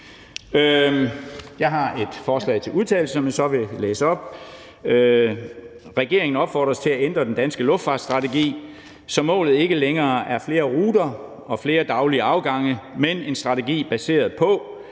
Jeg har et forslag til vedtagelse, som jeg så vil læse op: Forslag til vedtagelse »Regeringen opfordres til at ændre den danske luftfartsstrategi, så målet ikke længere er flere ruter og flere daglige afgange, men en strategi baseret på